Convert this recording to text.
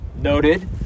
noted